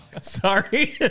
Sorry